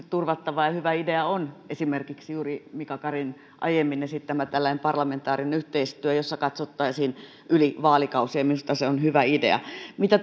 turvattava ja hyvä idea on esimerkiksi juuri mika karin aiemmin esittämä parlamentaarinen yhteistyö jossa katsottaisiin yli vaalikausien minusta se on hyvä idea mitä